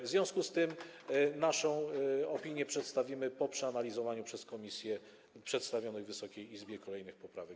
W związku z tym naszą opinię przedstawimy po przeanalizowaniu przez komisję przedstawionych Wysokiej Izbie kolejnych poprawek.